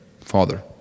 Father